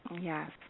Yes